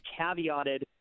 caveated